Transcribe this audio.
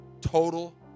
total